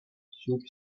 ҫӳп